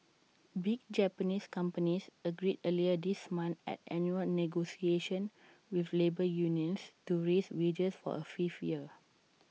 big Japanese companies agreed earlier this month at annual negotiations with labour unions to raise wages for A fifth year